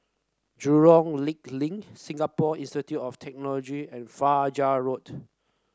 Jurong Lake Link Singapore Institute of Technology and Fajar Road